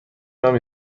کنم